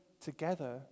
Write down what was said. together